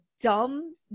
dumb